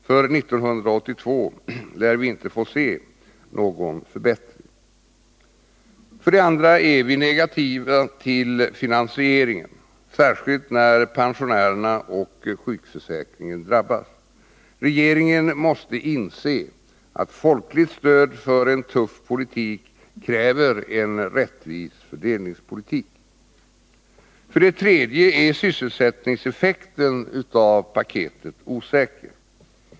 För 1982 lär vi inte få se någon förbättring. För det andra är vi negativa till finansieringen, särskilt när pensionärerna och sjukförsäkringen drabbas. Regeringen måste inse att folkligt stöd för en tuff politik kräver en rättvis fördelningspolitik. För det tredje är sysselsättningseffekten av paketet osäker.